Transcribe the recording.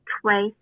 twice